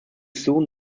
soon